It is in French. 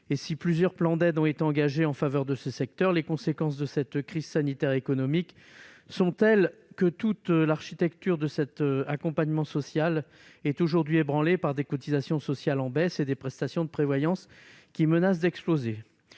Si plusieurs plans d'aide ont été engagés en faveur de ce secteur, les conséquences de cette crise sanitaire et économique sont telles que toute l'architecture de cet accompagnement social est aujourd'hui ébranlée par des cotisations sociales en baisse et des prestations de prévoyance qui menacent d'exploser.